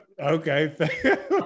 Okay